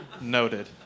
Noted